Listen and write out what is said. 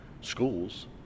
schools